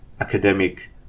academic